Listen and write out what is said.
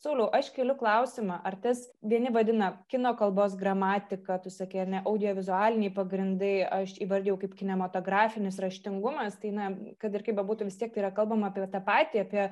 sauliau aš keliu klausimą ar tas vieni vadina kino kalbos gramatika tu sakei ar ne audiovizualiniai pagrindai aš įvardijau kaip kinematografinis raštingumas tai na kad ir kaip bebūtų vis tiek tai yra kalbama apie tą patį apie